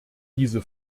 diese